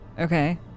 Okay